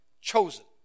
Chosen